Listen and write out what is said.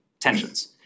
tensions